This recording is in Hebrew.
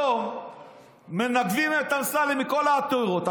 היום מנגבים את אמסלם מכל העתירות.